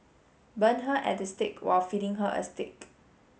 burn her at the stake while feeding her a steak